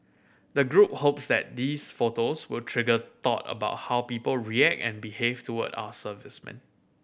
the group hopes that these photos will trigger thought about how people react and behave toward our servicemen